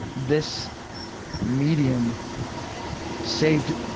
this medium saved